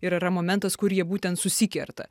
ir yra momentas kur jie būtent susikerta